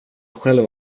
själv